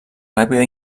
ràpida